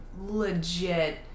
legit